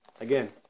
Again